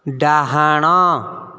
ଡାହାଣ